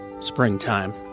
Springtime